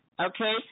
okay